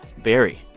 barrie,